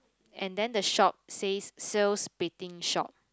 and then the shop says sales betting shop